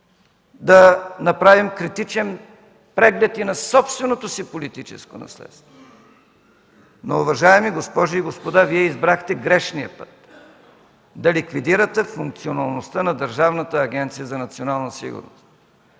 да направим критичен преглед и на собственото си политическо наследство. Но, уважаеми госпожи и господа, Вие избрахте грешния път – да ликвидирате функционалността на Държавната агенция за национална сигурност.